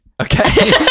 Okay